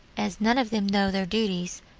as none of them know their duties,